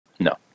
No